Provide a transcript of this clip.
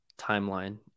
timeline